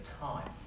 time